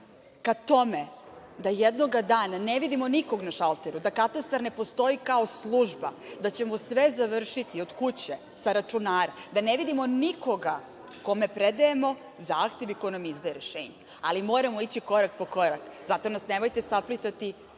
ka tome da jednog dana ne vidimo nikog na šalteru, da katastar ne postoji kao služba, da ćemo sve završiti od kuće, sa računara, da ne vidimo nikoga kome predajemo zahtev i ko nam izdaje rešenje, ali moramo ići korak po korak. Zato nas nemojte saplitati